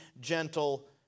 gentle